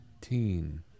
teen